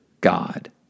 God